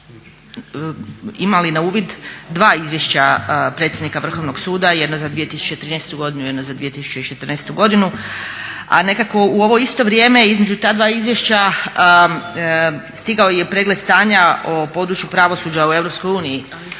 imali na uvid dva izvješća predsjednika Vrhovnog suda, jedno za 2013.godinu, jedno za 2014.godinu. A nekako u ovo isto vrijeme između ta dva izvješća stigao je pregled stanja o području pravosuđa u EU